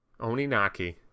Oninaki